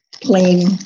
plain